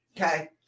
Okay